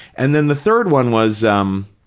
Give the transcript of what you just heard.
and then the third one was, um